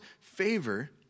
favor